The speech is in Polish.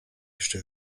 jeszcze